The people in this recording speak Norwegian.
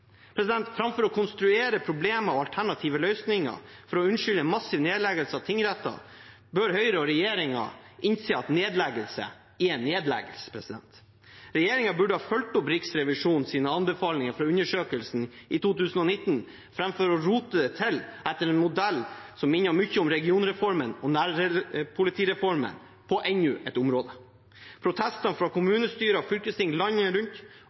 Framfor å konstruere problemer og alternative løsninger for å unnskylde massiv nedleggelse av tingretter bør Høyre og regjeringen innse at nedleggelse er nedleggelse. Regjeringen burde ha fulgt opp Riksrevisjonens anbefalinger fra undersøkelsen i 2019 framfor å rote det til etter en modell som minner mye om regionreformen og nærpolitireformen på enda et område. Protestene fra kommunestyrer og fylkesting landet rundt,